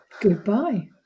Goodbye